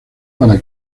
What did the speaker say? para